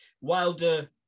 Wilder